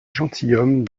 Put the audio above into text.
gentilshommes